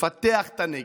לפתח את הנגב,